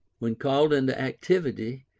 when called into activity,